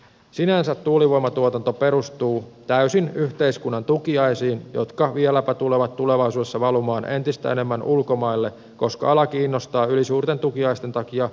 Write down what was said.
sinänsä tuulivoimatuotanto perustuu täysin yhteiskunnan tukiaisiin jotka vieläpä tulevat tulevaisuudessa valumaan entistä enemmän ulkomaille koska ala kiinnostaa ylisuurten tukiaisten takia ulkomaisia sijoittajia